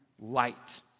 light